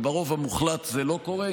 וברוב המוחלט זה לא קורה.